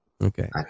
Okay